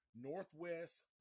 Northwest